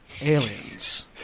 Aliens